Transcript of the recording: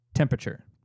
Temperature